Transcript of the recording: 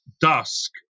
dusk